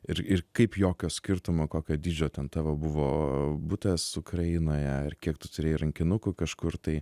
ir ir kaip jokio skirtumo kokio dydžio ten tavo buvo butas ukrainoje ir kiek tu turėjai rankinukų kažkur tai